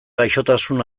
gaixotasun